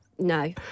No